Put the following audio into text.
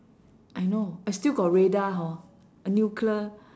I know ah still got radar~ hor nuclear